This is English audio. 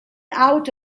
out